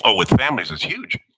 ah with families, it's huge.